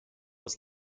was